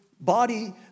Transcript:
body